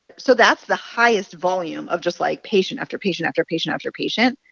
so that's the highest volume of just, like, patient after patient after patient after patient.